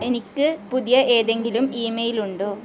എനിക്ക് പുതിയ ഏതെങ്കിലും ഇമെയിലുണ്ടോ